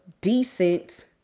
decent